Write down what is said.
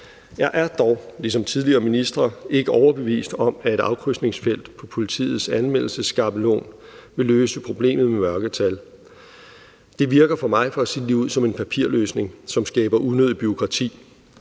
Jeg er dog, ligesom tidligere ministre, ikke overbevist om, at et afkrydsningsfelt på politiets anmeldelsesskabelon vil løse problemet med mørketal. Det virker for mig – for at sige det ligeud – som en papirløsning, som skaber unødigt bureaukrati.